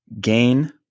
gain